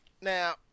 Now